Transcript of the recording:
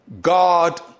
God